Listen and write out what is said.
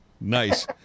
Nice